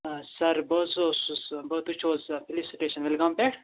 سَر بہٕ حظ اوسُس تُہۍ چھُو حظ پُلیٖس سِٹیشَن وٮ۪لگام پٮ۪ٹھ